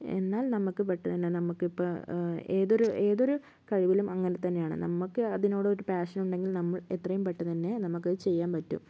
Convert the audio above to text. എന്നാൽ നമുക്ക് പെട്ടെന്നു തന്നെ നമുക്കിപ്പോൾ ഏതൊരു ഏതൊരു കഴിവിലും അങ്ങനെ തന്നെയാണ് നമുക്ക് അതിനോടൊരു പേഷനുണ്ടെങ്കിൽ നമ്മൾ എത്രയും പെട്ടെന്നു തന്നെ നമുക്കത് ചെയ്യാൻ പറ്റും